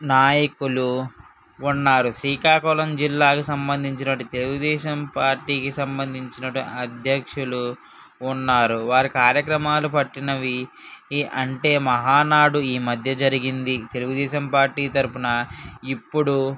నాయకులు ఉన్నారు శ్రీకాకుళం జిల్లాకు సంబంధించిన తెలుగుదేశం పార్టీకి సంబంధించిన అధ్యక్షులు ఉన్నారు వారు కార్యక్రమాలు పట్టినవి ఈ అంటే మహానాడు ఈ మధ్య జరిగింది తెలుగుదేశం పార్టీ తరపున ఇప్పుడు